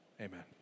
Amen